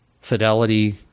fidelity